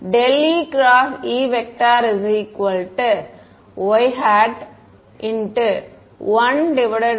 மாணவர் ∇e× E ≡ y ∂Ex∂z மாணவர் Ex இன் டெல் z ஆல் டெல்